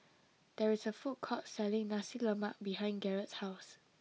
there is a food court selling Nasi Lemak behind Garret's house